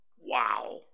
Wow